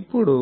ఇప్పుడు